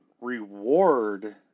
reward